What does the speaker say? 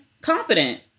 Confident